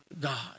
God